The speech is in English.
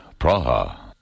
Praha